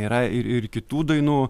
yra i ir kitų dainų